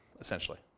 essentially